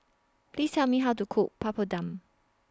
Please Tell Me How to Cook Papadum